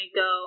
go